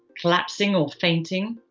collapsing or fainting,